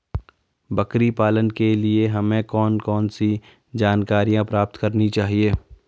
बकरी पालन के लिए हमें कौन कौन सी जानकारियां प्राप्त करनी चाहिए?